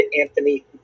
Anthony